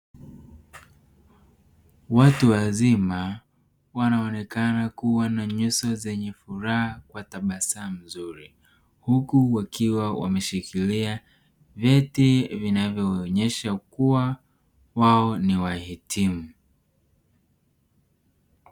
Watu wazima wanaonekana kuwa na nyuso zenye furaha kwa tabasamu nzuri huku wakiwa wameshikili vyeti vinavyoonyesha kuwa wao ni wahitimu.